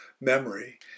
memory